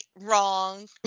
wrong